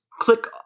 click